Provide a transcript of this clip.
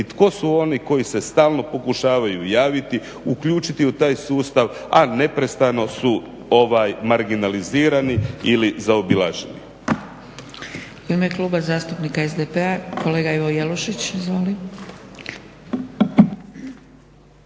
i tko su oni koji se stalno pokušavaju javiti, uključiti u taj sustav, a neprestano su marginalizirani ili zaobilaženi.